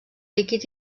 líquid